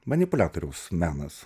manipuliatoriaus menas